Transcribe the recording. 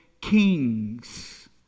kings